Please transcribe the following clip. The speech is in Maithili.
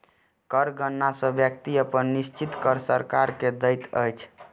कर गणना सॅ व्यक्ति अपन निश्चित कर सरकार के दैत अछि